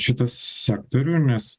šitą sektorių nes